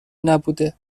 نبوده